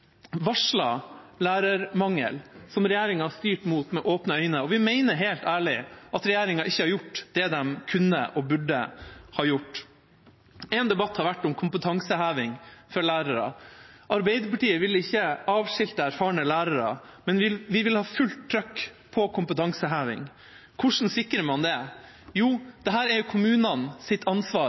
lærermangel som regjeringa har styrt mot med åpne øyne. Vi mener helt ærlig at regjeringa ikke har gjort det den kunne og burde ha gjort. Én debatt har vært om kompetanseheving for lærere. Arbeiderpartiet vil ikke avskilte erfarne lærere, vi vil ha fullt trykk på kompetanseheving. Hvordan sikrer man det? Jo, dette er kommunenes ansvar, og da må kommunene